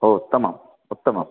हो उत्तमम् उत्तमं